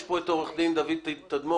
נמצא פה עורך הדין דוד תדמור.